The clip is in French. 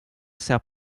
sert